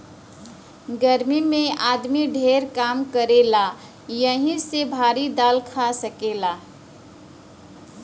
गर्मी मे आदमी ढेर काम करेला यही से भारी दाल खा सकेला